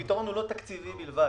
הפתרון הוא לא תקציבי בלבד.